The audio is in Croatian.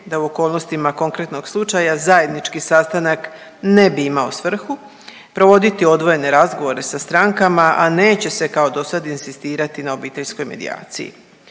da u okolnostima konkretnog slučaja zajednički sastanak ne bi imao svrhu provoditi odvojene razgovore sa strankama, a neće se kao do sad inzistirati na obiteljskoj medijaciji.